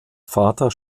vater